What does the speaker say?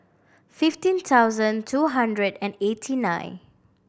fifteen thousand two hundred and eighty nine